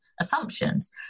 assumptions